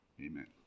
Amen